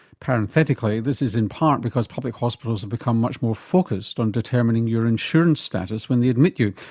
parenthetically, this is in part because public hospitals have become much more focussed on determining your insurance status when they admit you,